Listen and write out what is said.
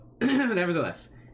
nevertheless